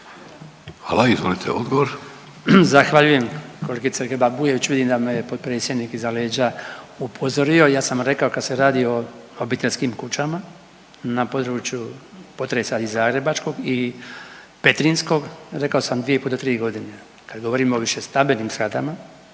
**Bačić, Branko (HDZ)** Zahvaljujem kolegice Grba-Bujević. Vidim da me potpredsjednik iza leđa upozorio, ja sam rekao kad se radi o obiteljskim kućama na području potresa i zagrebačkog i petrinjskog, rekao sam 2,5 do 3 godine. Kad govorimo o višestambenim zgradama